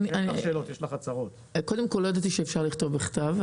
לא ידעתי שיש את האופציה.